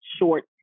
short